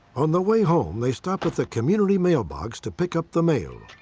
on the way home, they stopped at the community mailbox to pick up the mail.